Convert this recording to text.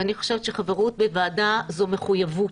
ואני חושבת שחברות בוועדה זו מחויבות,